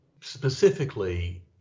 specifically